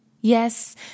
Yes